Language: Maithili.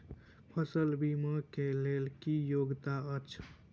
फसल बीमा केँ लेल की योग्यता अछि?